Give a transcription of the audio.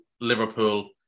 Liverpool